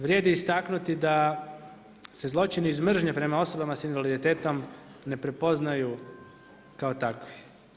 Vrijedi istaknuti da se zločini iz mržnje prema osobama sa invaliditetom ne prepoznaju kao takvi.